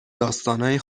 داستانای